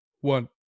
one